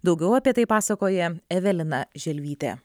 daugiau apie tai pasakoja evelina želvytė